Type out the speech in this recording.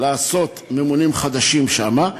לעשות ממונים חדשים שם.